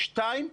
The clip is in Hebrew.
ושנית,